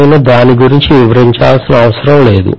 నేను దాని గురించి వివరించాల్సిన అవసరం లేదు